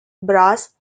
brass